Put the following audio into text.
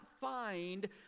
find